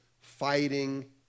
fighting